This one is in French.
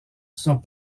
sont